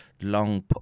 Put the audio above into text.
long